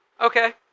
Okay